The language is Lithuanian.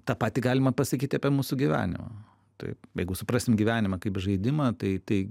tą patį galima pasakyti apie mūsų gyvenimą taip jeigu suprasim gyvenimą kaip žaidimą tai tai